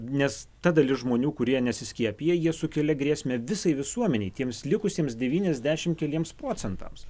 nes ta dalis žmonių kurie nesiskiepija jie sukelia grėsmę visai visuomenei tiems likusiems devyniasdešim keliems procentams